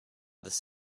this